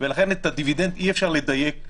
לכן את הדיווידנד אי אפשר לדייק,